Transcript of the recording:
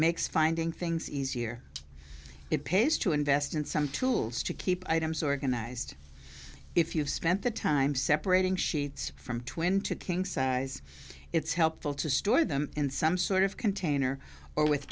makes finding things is year it pays to invest in some tools to keep items organized if you've spent the time separating sheets from twin to king size it's helpful to store them in some sort of container or with